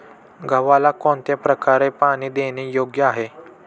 गव्हाला कोणत्या प्रकारे पाणी देणे योग्य आहे?